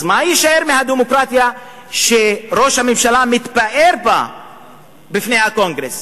אז מה יישאר מהדמוקרטיה שראש הממשלה מתפאר בה בפני הקונגרס?